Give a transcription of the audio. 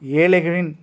ஏழைகளின்